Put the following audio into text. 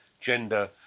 gender